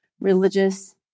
religious